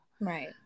right